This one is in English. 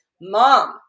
Mom